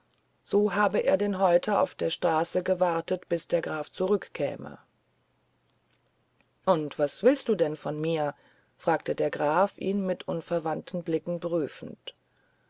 so habe er denn heute auf der straße gewartet bis der graf zurückkäme und was willst du denn von mir fragte der graf ihn mit unverwandten blicken prüfend